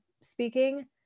speaking